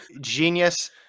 genius